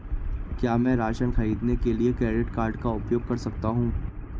क्या मैं राशन खरीदने के लिए क्रेडिट कार्ड का उपयोग कर सकता हूँ?